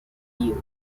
fuel